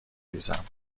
ریزم